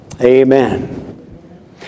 Amen